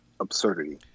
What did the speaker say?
absurdity